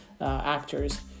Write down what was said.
actors